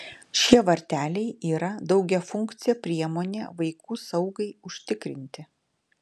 šie varteliai yra daugiafunkcė priemonė vaikų saugai užtikrinti